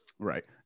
right